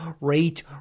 rate